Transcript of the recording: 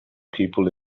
people